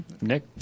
Nick